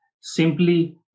Simply